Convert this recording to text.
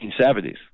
1970s